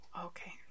okay